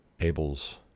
Abel's